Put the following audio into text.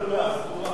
משנתו הסדורה.